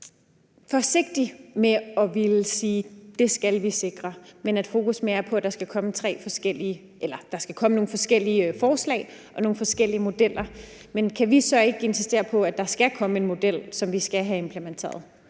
forsigtig med at ville sige, at det skal vi sikre, men at fokus mere er på, at der skal komme nogle forskellige forslag og nogle forskellige modeller. Men kan vi så ikke insistere på, at der skal komme en model, som vi skal have implementeret?